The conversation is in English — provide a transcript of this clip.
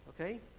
Okay